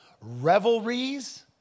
revelries